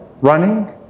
running